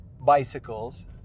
bicycles